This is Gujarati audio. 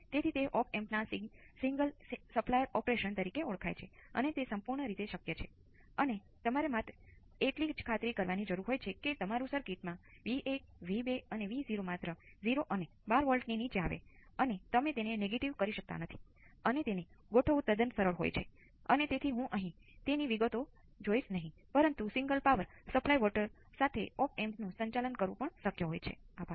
તેથી તમારે આ બધી બાબતોથી વાકેફ રહેવું પડશે પરંતુ દરેક સ્ટેપ અથવા વિદ્યુત પ્રવાહોને આ રીતે વ્યવસ્થિત રીતે હલ કરી શકો છો